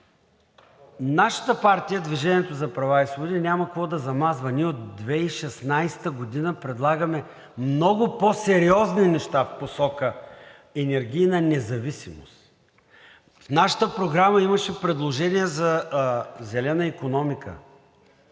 Нашата партия, „Движение за права и свободи“, няма какво да замазва. Ние от 2016 г. предлагаме много по-сериозни неща в посока енергийна независимост. В нашата програма имаше предложение за зелена икономика,